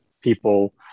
people